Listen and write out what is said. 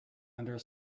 under